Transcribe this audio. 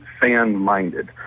fan-minded